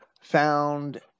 found